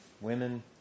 women